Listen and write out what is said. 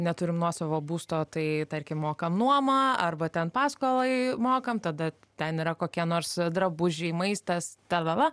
neturim nuosavo būsto tai tarkim mokame nuomą arba ten paskolą mokam tada ten yra kokie nors drabužiai maistas ta la la